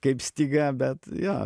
kaip styga bet jo